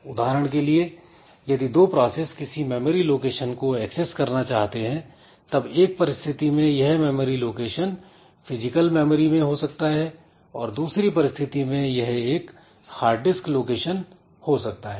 उदाहरण के लिए यदि दो प्रोसेस किसी मेमोरी लोकेशन को एक्सेस करना चाहते हैं तब एक परिस्थिति में यह मेमोरी लोकेशन फिजिकल मेमोरी में हो सकता है और दूसरी परिस्थिति में यह एक हार्ड डिस्क लोकेशन हो सकता है